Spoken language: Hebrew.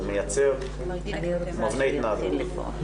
הוא מבנה התנהגות.